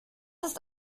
ist